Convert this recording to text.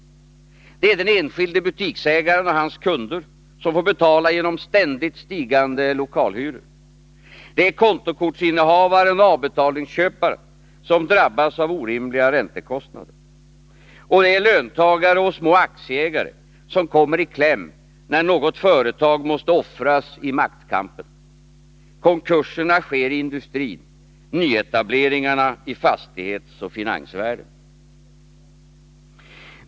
Det är den enskilde butiksägaren och hans kunder som får betala genom ständigt stigande lokalhyror. Det är kontokortsinnehavaren och avbetalningsköparen som drabbas av orimliga räntekostnader. Och det är löntagare och små aktieägare som kommer i kläm, när något företag måste offras i maktkampen. Konkurserna sker i industrin, nyetableringarna i fastighetsoch finansvärlden.